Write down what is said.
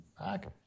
back